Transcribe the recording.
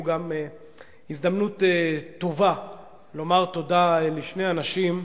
היא גם הזדמנות טובה לומר תודה לשני אנשים,